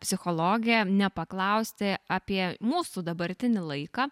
psichologę nepaklausti apie mūsų dabartinį laiką